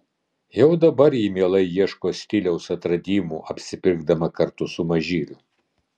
jau dabar ji mielai ieško stiliaus atradimų apsipirkdama kartu su mažyliu